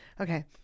Okay